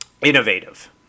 Innovative